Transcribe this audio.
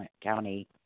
County